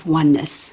oneness